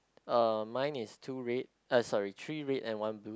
uh mine is two red uh sorry three red and one blue